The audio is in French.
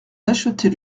d’acheter